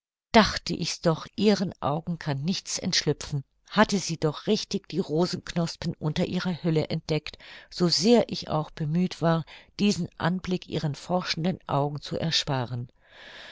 dachte ich's doch ihren augen kann nichts entschlüpfen hatte sie doch richtig die rosenknospen unter ihrer hülle entdeckt so sehr ich auch bemüht war diesen anblick ihren forschenden augen zu ersparen